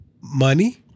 Money